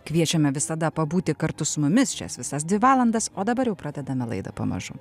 kviečiame visada pabūti kartu su mumis šias visas dvi valandas o dabar jau pradedame laidą pamažu